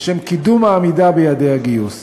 לשם קידום העמידה ביעדי הגיוס.